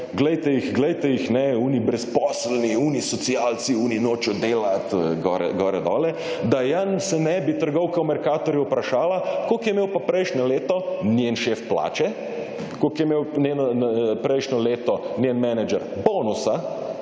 glejte jih, glejte jih, kajne, oni brezposelni, oni socialci, oni nočejo delat, gore, dole, da ja se ne bi trgovka v Mercatorju vprašala, koliko je imel pa prejšnje leto njen šef plače, koliko je imel prejšnje leto njen manager bonusa,